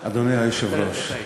אדוני היושב-ראש,